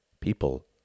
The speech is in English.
People